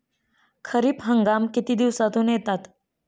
खरीप हंगाम किती दिवसातून येतात?